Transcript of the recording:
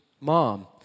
mom